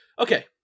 okay